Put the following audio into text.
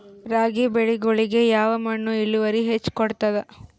ರಾಗಿ ಬೆಳಿಗೊಳಿಗಿ ಯಾವ ಮಣ್ಣು ಇಳುವರಿ ಹೆಚ್ ಕೊಡ್ತದ?